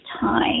time